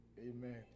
Amen